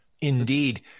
Indeed